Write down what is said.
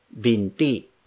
Binti